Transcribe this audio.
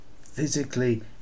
physically